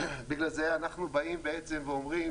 ובגלל זה אנחנו באים ואומרים